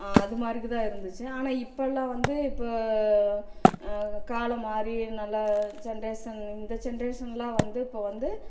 அது மாதிரிக்கி தான் இருந்துச்சு ஆனால் இப்போல்லாம் வந்து இப்போ காலம் மாதிரி நல்லா ஜென்ரேஷன் இந்த ஜென்ரேஷன்லாம் வந்து இப்போ வந்து